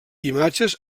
imatges